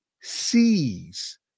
sees